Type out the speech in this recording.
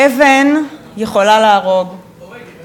אבן יכולה להרוג, הורגת.